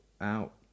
out